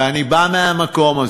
ואני בא מהמקום הזה.